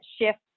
shift